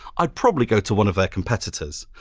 i'd probably go to one of their competitors.